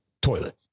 toilet